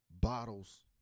bottles